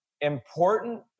important